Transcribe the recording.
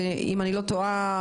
אם אני לא טועה,